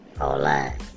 online